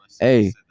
hey